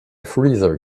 freezer